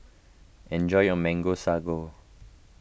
enjoy your Mango Sago